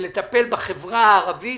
לטפל בחברה הערבית,